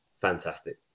fantastic